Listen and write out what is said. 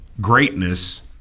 greatness